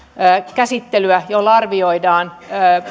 käsittelyä jolla arvioidaan